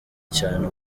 cyane